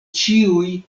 ĉiuj